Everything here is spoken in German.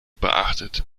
beachtet